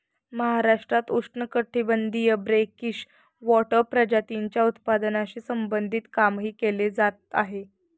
महाराष्ट्रात उष्णकटिबंधीय brackish water प्रजातींच्या उत्पादनाशी संबंधित कामही केले जात आहे